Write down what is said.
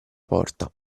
porta